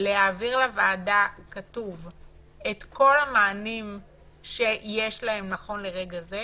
להעביר לוועדה בכתב את כל המענים שיש להם נכון לרגע זה.